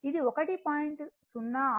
కాబట్టి ఇది 1